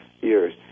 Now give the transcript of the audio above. years